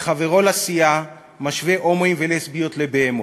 וחברו לסיעה משווה הומואים ולסביות לבהמות.